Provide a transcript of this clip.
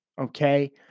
okay